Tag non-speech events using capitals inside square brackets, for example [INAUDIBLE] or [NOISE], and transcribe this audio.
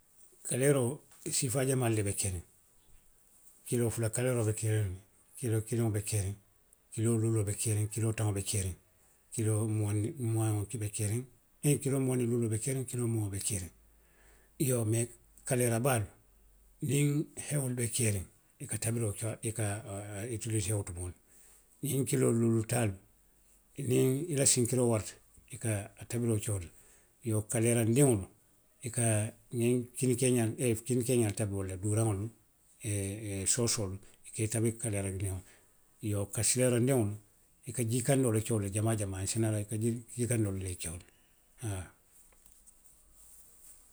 Kaleeroo i siifaa jamaa le be keeriŋ, kiloo fula kaleeroo be keeriŋ ne, kiloo kiliŋo be keeriŋ ne. kiloo luuloo be keeriŋ, kiloo taŋo be keeriŋ, kiloo muwaŋ, muwaŋo be keeriŋ, kiloo muwaŋ niŋ luuloo be keeriŋ. kiloo muwaŋo be keeriŋ iyoo mee kaleera baalu. niŋ hewolu be keeriŋ, i ka tabiroo, i ka a, a utilisee wo tumoo le la.ňiŋ kiloo loolu taalu. niŋ i la sinkiroo warata i ka tabiroo ke wo le la. Iyoo kaleerandiŋolu, i ka kini keeňaa, niŋ, kini [HESITATION] keeňaa tabi wo le la, duuraŋolu. [HESITATION] soosoolu, i ka i tabi kaleerandiŋolu le la. Iyoo kasiloorindiŋolu, i ka jii kandoo le ke wo la jamaa jamaa i si naa, i ka jii kandoo le ke wo la haa.